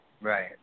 Right